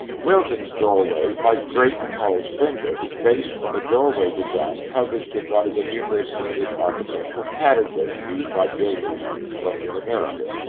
wilton's doorway, like drayton hall's window, is based on a doorway design published in one of the numerous english architectural pattern books used by builders in colonial america.